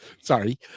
sorry